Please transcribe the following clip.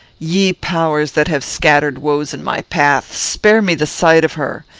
ye powers, that have scattered woes in my path, spare me the sight of her!